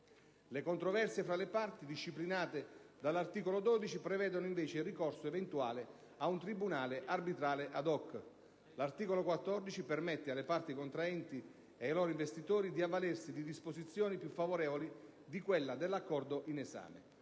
Le controversie fra parti, disciplinate dall'articolo 12, prevedono invece il ricorso eventuale a un tribunale arbitrale *ad hoc*. L'articolo 14 permette alle parti contraenti e ai loro investitori di avvalersi di disposizioni più favorevoli di quelle dell'Accordo in esame,